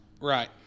Right